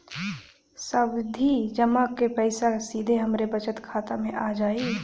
सावधि जमा क पैसा सीधे हमरे बचत खाता मे आ जाई?